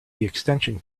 extension